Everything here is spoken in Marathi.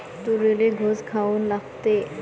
तुरीले घुंग काऊन लागते?